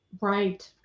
Right